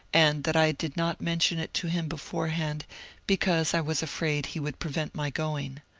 and that i did not mention it to him beforehand because i was afraid he would prevent my going.